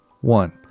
one